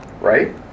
right